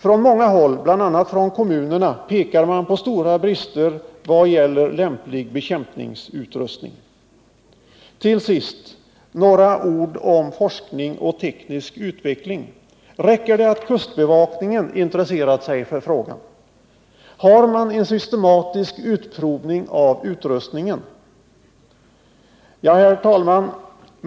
Från många håll, bl.a. från kommunerna, pekas på stora brister i vad gäller lämplig bekämpningsutrustning. Till sist vill jag ställa någrå frågor om forskning och teknisk utveckling. Räcker det med att kustbevakningen har intresserat sig för frågan? Sker det en systematisk utprovning av utrustningen? Herr talman!